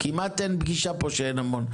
כמעט אין פגישה פה שאין: הרבה מאוד.